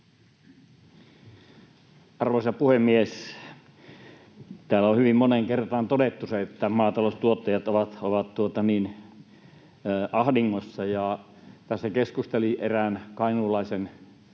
Arvoisa puhemies! Täällä on hyvin moneen kertaan todettu se, että maataloustuottajat ovat ahdingossa. Tässä keskustelin erään kainuulaisen